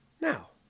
now